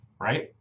right